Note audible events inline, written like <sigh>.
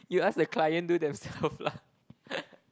you ask the client do themselves lah <laughs>